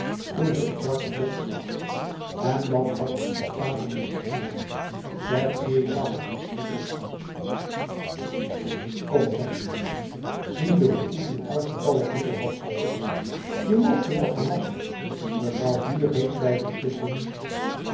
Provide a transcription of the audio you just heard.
toen ze het zwarte vocht zag en dat had t spektakel nog verergerd betsy zag er verschrikkelijk uit kom zei lidia ziende hoe goed in elk geval het middel had geholpen je moogt je wel gaan wassen mevrouw duhr heeft bij vergissing